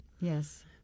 Yes